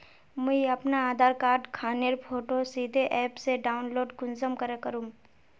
मुई अपना आधार कार्ड खानेर फोटो सीधे ऐप से डाउनलोड कुंसम करे करूम?